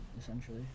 essentially